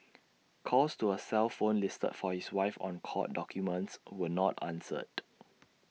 calls to A cell phone listed for his wife on court documents were not answered